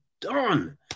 done